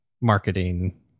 marketing